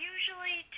Usually